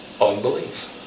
Unbelief